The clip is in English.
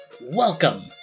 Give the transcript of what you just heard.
Welcome